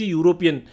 European